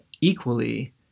equally